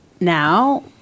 now